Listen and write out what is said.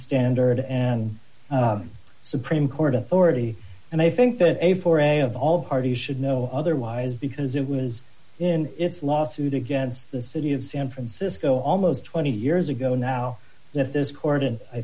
standard and supreme court authority and i think that a for a of all parties should know otherwise because it was in its lawsuit against the city of san francisco almost twenty years ago now that this court and i